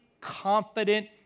confident